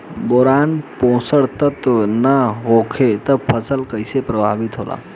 Boron पोषक तत्व के न होला से फसल कइसे प्रभावित होला?